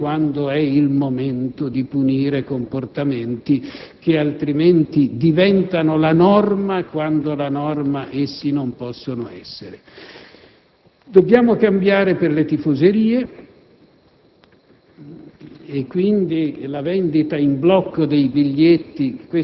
che dobbiamo educare meglio ma che dobbiamo anche saper punire quando è il momento di punire comportamenti che, altrimenti, diventano la norma quando la norma essi non possono essere. Dobbiamo cambiare per le tifoserie.